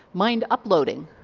mind uploading.